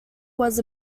was